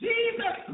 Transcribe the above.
Jesus